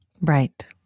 right